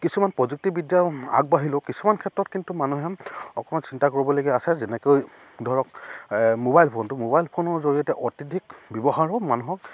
কিছুমান প্ৰযুক্তিবিদ্যা আগবাঢ়িলেও কিছুমান ক্ষেত্ৰত কিন্তু মানুহে অকণমান চিন্তা কৰিবলগীয়া আছে যেনেকৈ ধৰক মোবাইল ফোনটো মোবাইল ফোনৰ জৰিয়তে অত্যধিক ব্যৱহাৰেও মানুহক